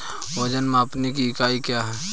वजन मापने की इकाई क्या है?